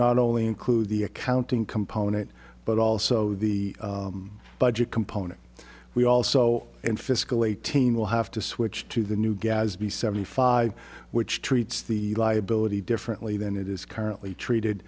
not only include the accounting component but also the budget component we also in fiscal eighteen will have to switch to the new gadsby seventy five which treats the liability differently than it is currently treated